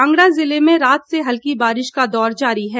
कांगड़ा जिले में रात से हल्की बारिश का दौर जारी है